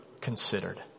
considered